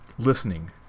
Listening